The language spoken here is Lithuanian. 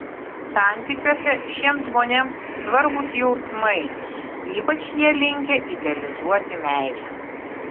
santykiuose šiems žmonėms svarbūs jausmai ypač jie linkę idealizuoti meilę